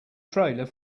trailer